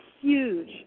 huge